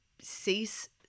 cease